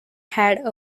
have